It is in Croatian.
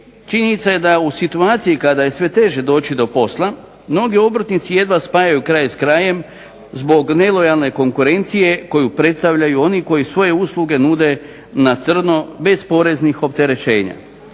činjenica je da je u situaciji kada je sve teže doći do posla mnogi obrtnici jedva spajaju kraj s krajem zbog nelojalne konkurencije koju predstavljaju oni koji svoje usluge nude na crno bez poreznih opterećenja